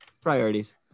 priorities